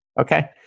Okay